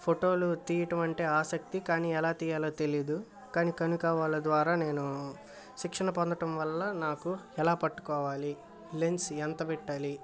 ఫొటోలు తీయటం అంటే ఆసక్తి కానీ ఎలా తీయాలో తెలీదు కానీ కనికా వాళ్ళ ద్వారా నేను శిక్షణ పొందటం వల్ల నాకు ఎలా పట్టుకోవాలి లెన్స్ ఎంత పెట్టాలి